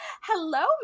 hello